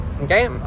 okay